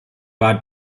war